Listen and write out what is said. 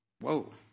Whoa